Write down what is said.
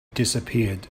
disappeared